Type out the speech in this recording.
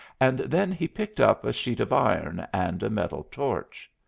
and then he picked up a sheet of iron and a metal torch.